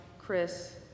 Chris